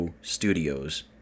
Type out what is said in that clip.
Studios